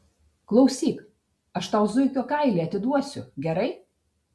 klausyk aš tau zuikio kailį atiduosiu gerai